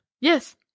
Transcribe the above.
Yes